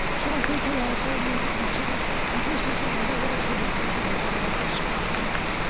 so i think we also need to consider this is another way to recognize our officers. thank you.